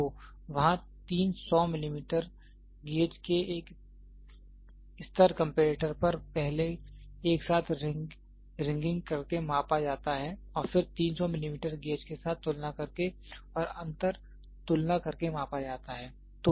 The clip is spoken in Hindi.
तो वहाँ तीन 100 मिलीमीटर गेज को एक स्तर कंपैरेटर पर पहले एक साथ रिंग करके मापा जाता है और फिर 300 मिलीमीटर गेज के साथ तुलना करके और अंतर तुलना करके मापा जाता है